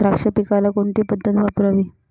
द्राक्ष पिकाला कोणती पद्धत वापरावी?